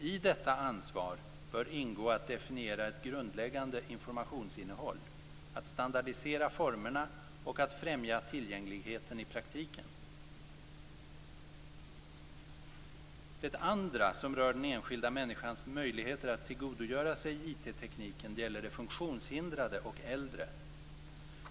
I detta ansvar bör ingå att definiera ett grundläggande informationsinnehåll, att standardisera formerna och att främja tillgängligheten i praktiken. Det andra som rör den enskilda människans möjligheter att tillgodogöra sig informationstekniken gäller de funktionshindrade och äldre.